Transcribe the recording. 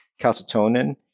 calcitonin